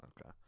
Okay